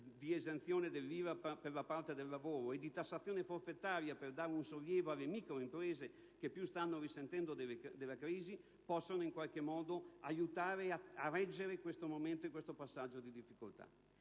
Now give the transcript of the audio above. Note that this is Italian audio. di esenzione dall'IRAP per la parte del lavoro e di tassazione forfettaria, per dare un sollievo alle microimprese che più stanno risentendo delle conseguenze della crisi - possano in qualche modo aiutare a reggere questo passaggio difficile.